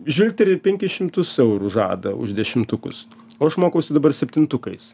žvilgteri penkis šimtus eurų žada už dešimtukus o aš mokausi dabar septintukais